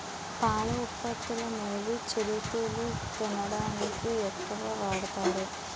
పాల ఉత్పత్తులనేవి చిరుతిళ్లు తినడానికి ఎక్కువ వాడుతారు